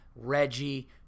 Reggie